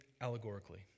allegorically